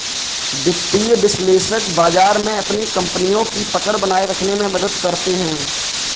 वित्तीय विश्लेषक बाजार में अपनी कपनियों की पकड़ बनाये रखने में मदद करते हैं